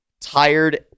tired